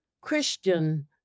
Christian